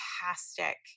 fantastic